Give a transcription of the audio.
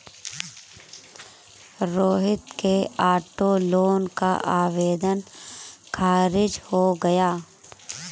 रोहित के auto loan का आवेदन खारिज हो गया